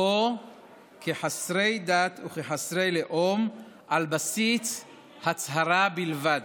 או כחסרי דת וכחסרי לאום על בסיס הצהרה בלבד,